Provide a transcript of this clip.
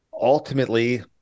ultimately